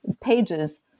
pages